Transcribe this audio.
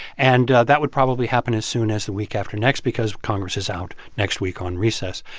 and that would probably happen as soon as the week after next because congress is out next week on recess.